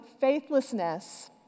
faithlessness